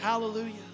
Hallelujah